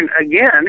again